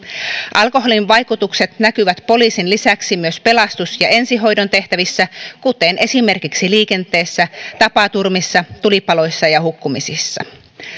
alkoholin vaikutukset näkyvät poliisin lisäksi myös pelastus ja ensihoidon tehtävissä kuten esimerkiksi liikenteessä tapaturmissa tulipaloissa ja hukkumisissa